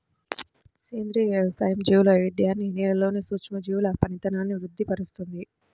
సేంద్రియ వ్యవసాయం జీవుల వైవిధ్యాన్ని, నేలలోని సూక్ష్మజీవుల పనితనాన్ని వృద్ది పరుస్తుంది